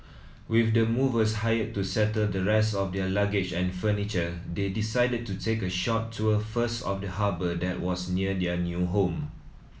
with the movers hired to settle the rest of their luggage and furniture they decided to take a short tour first of the harbour that was near their new home